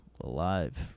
alive